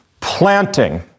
planting